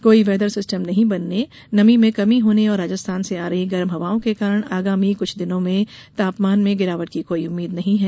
कोई weather system नहीं बनने नमी में कमी होने और राजस्थान से आ रही गर्म हवाओं के कारण आगामी कुछ दिनों में तापमान में गिरावट की कोई उम्मीद् नहीं है